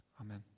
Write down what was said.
Amen